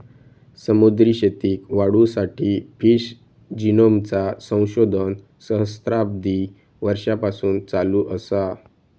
समुद्री शेतीक वाढवुसाठी फिश जिनोमचा संशोधन सहस्त्राबधी वर्षांपासून चालू असा